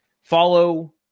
Follow